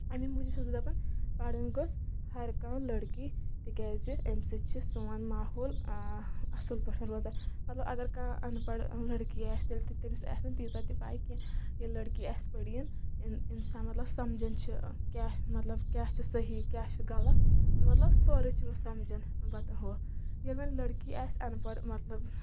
اَمی موٗجوٗب چھس بہٕ دَپَان پَرُن گوٚژھ ہرکانٛہہ لٔڑکی تِکیازِ اَمہِ سۭتۍ چھِ سون ماحول اَصٕل پٲٹھۍ روزان مطلب اگر کانٛہہ اَن پَڑ لٔڑکی آسہِ تیٚلہِ تٔمِس آسہِ نہٕ تیٖژاہ تہِ پاے کینٛہہ ییٚلہِ لٔڑکی آسہِ پٔریٖن انسان مطلب سَمجھَان چھِ کیاہ مطلب کیاہ چھِ صحیح کیاہ چھِ غلط مطلب سورُے چھِ سَمجھَان پَتہٕ ہُہ ییٚلہِ وۄنۍ لٔڑکی آسہِ اَن پَڑ مطلب